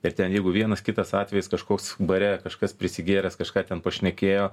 ir ten jeigu vienas kitas atvejis kažkoks bare kažkas prisigėręs kažką ten pašnekėjo